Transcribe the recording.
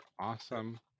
awesome